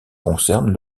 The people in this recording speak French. concernent